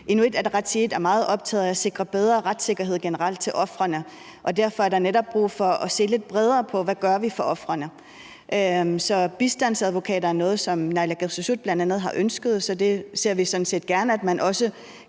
Inuit Ataqatigiit er meget optaget af at sikre bedre retssikkerhed til ofrene generelt, og derfor er der netop brug for at se lidt bredere på, hvad vi gør for ofrene. Så bistandsadvokater er noget, som naalakkersuisut bl.a. har ønsket, så det ser vi sådan set gerne at man også